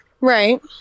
Right